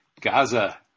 Gaza